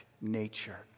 nature